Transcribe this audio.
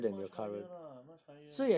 much higher lah much higher